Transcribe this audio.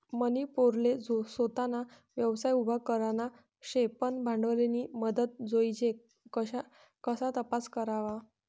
मनी पोरले सोताना व्यवसाय उभा करना शे पन भांडवलनी मदत जोइजे कशा तपास करवा?